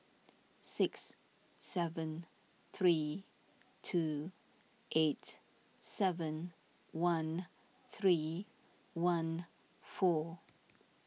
six seven three two eight seven one three one four